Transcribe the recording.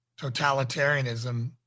totalitarianism